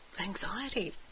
anxiety